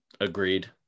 Agreed